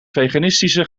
veganistische